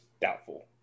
Doubtful